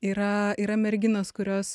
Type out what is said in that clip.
yra yra merginos kurios